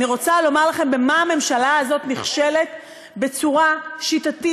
אני רוצה לומר לכם במה הממשלה הזאת נכשלת בצורה שיטתית,